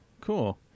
Cool